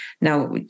Now